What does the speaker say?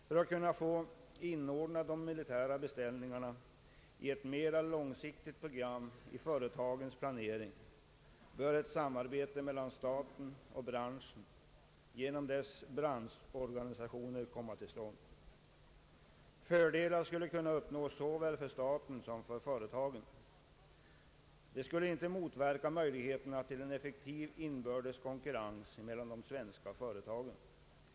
För att kunna inordna de militära beställningarna i ett mer långsiktigt program i företagens planering bör ett samarbete mellan staten och branschen genom dess branschorganisatio:- ner komma till stånd. Fördelar skulle kunna uppnås såväl för staten som för företagen. Detta skulle inte motverka möjligheterna till en effektiv inbördes konkurrens mellan de svenska företagen.